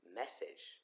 message